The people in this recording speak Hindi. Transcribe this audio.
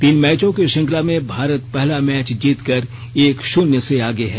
तीन मैचों की श्रंखला में भारत पहला मैच जीतकर एक शून्य से आगे है